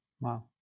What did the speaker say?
Wow